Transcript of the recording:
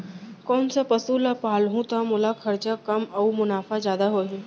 कोन से पसु ला पालहूँ त मोला खरचा कम अऊ मुनाफा जादा होही?